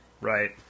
right